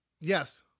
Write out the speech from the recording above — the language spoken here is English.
Yes